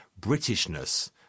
Britishness